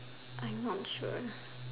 I'm not sure